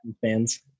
fans